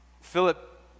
Philip